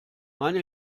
meine